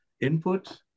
input